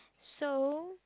so